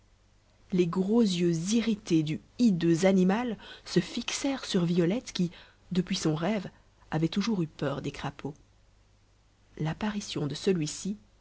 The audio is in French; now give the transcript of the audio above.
les gros yeux irrités du hideux animal se fixèrent sur violette qui depuis son rêve avait toujours eu peur des crapauds l'apparition de celui-ci